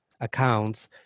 accounts